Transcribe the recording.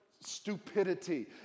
stupidity